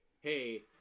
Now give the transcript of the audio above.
hey